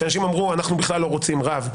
כשאנשים אמרו: אנחנו בכלל לא רוצים רב,